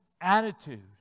attitude